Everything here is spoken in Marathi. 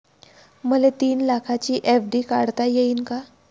मले तीन लाखाची एफ.डी काढता येईन का?